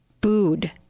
Booed